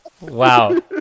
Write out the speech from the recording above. Wow